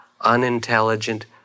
unintelligent